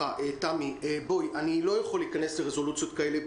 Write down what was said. תמי, אני לא יכול להיכנס לרזולוציות כאלו.